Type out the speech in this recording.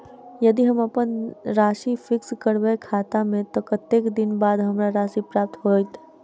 यदि हम अप्पन राशि फिक्स करबै खाता मे तऽ कत्तेक दिनक बाद हमरा राशि प्राप्त होइत?